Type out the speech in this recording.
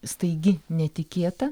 staigi netikėta